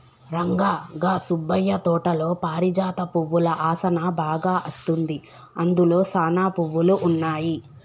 రంగా గా సుబ్బయ్య తోటలో పారిజాత పువ్వుల ఆసనా బాగా అస్తుంది, అందులో సానా పువ్వులు ఉన్నాయి